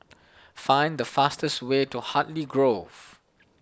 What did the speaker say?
find the fastest way to Hartley Grove